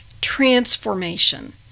transformation